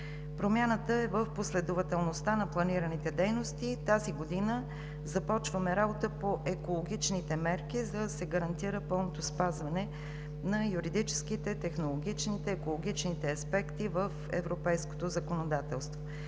Промяната е в последователността на планираните дейности. Тази година започваме работа по екологичните мерки, за да се гарантира пълното спазване на юридическите, технологичните, екологичните аспекти в европейското законодателство.